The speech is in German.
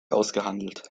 ausgehandelt